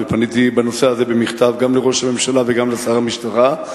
ופניתי בנושא הזה במכתב גם לראש הממשלה וגם לשר המשטרה.